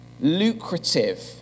lucrative